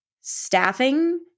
staffing